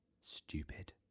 Stupid